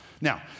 Now